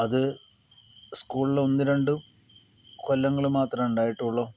അത് സ്കൂളിൽ ഒന്ന് രണ്ട് കൊല്ലങ്ങൾ മാത്രമേ ഉണ്ടായിട്ടുള്ളു